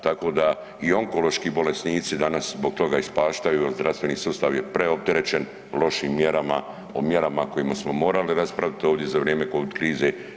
Tako da i onkološki bolesnici danas zbog toga ispaštaju jer zdravstveni sustav je preopterećen lošim mjerama, o mjerama o kojima smo morali raspraviti ovdje za vrijeme COVID krize.